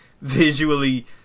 visually